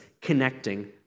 connecting